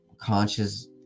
conscious